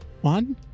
One